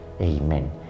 Amen